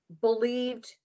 believed